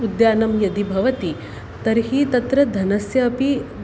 उद्यानं यदि भवति तर्हि तत्र धनस्य अपि